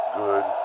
good